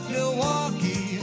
Milwaukee